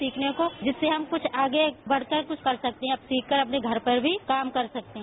सीखने को जिससे हम कुछ आगे बढ़कर कुछ कर सकते हैं सीख कर अपने घर पर भी काम कर सकते हैं